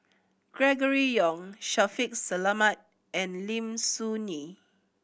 Gregory Yong Shaffiq Selamat and Lim Soo Ngee